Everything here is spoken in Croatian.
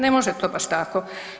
Ne može to baš tako.